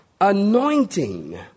anointing